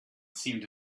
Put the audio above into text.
seemed